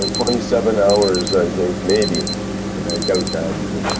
ah twenty seven hours, i think, maybe? but i doubt that even.